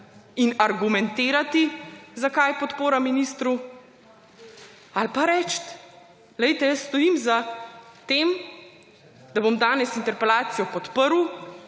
in argumentirati, zakaj podporam ministru, ali pa reči, poglejte, stojim za tem, da bom danes interpelacijo podprl,